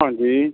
ਹਾਂਜੀ